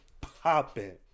popping